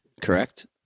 correct